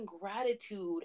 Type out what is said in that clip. gratitude